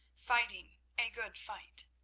fighting a good fight.